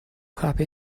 have